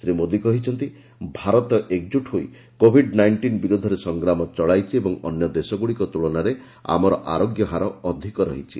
ଶ୍ରୀ ମୋଦି କହିଛନ୍ତି ଭାରତ ଏକକ୍କୁଟ୍ ହୋଇ କୋଭିଡ୍ ନାଇଷ୍ଟିନ୍ ବିରୋଧରେ ସଂଗ୍ରାମ ଚଳାଇଛି ଏବଂ ଅନ୍ୟ ଦେଶଗୁଡ଼ିକ ତୁଳନାରେ ଆମର ଆରୋଗ୍ୟ ହାର ଅଧିକ ରହିଛି